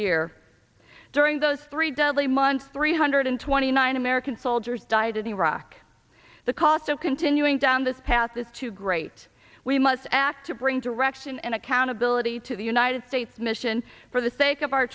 year during those three deadly month three hundred twenty nine american soldiers died in iraq the cost of continuing down this path is too great we must act to bring direction and accountability to the united states mission for the sake of our